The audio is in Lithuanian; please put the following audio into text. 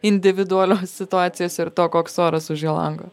individualios situacijos ir to koks oras už jo lango